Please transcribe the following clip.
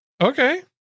Okay